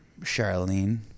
Charlene